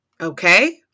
Okay